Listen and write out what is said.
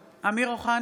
(קוראת בשמות חברי הכנסת) אמיר אוחנה,